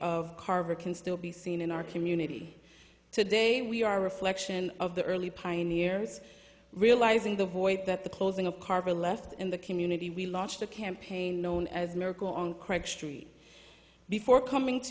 of carver can still be seen in our community today we are a reflection of the early pioneers realizing the void that the closing of carver left in the community we launched a campaign known as miracle on craig street before coming to